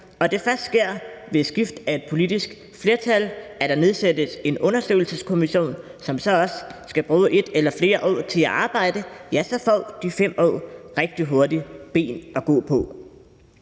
og der først ved skift af et politisk flertal nedsættes en undersøgelseskommission, som så også skal bruge 1 eller flere år til at arbejde, så får de 5 år rigtig hurtigt ben at gå på.